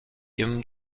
ibn